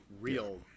real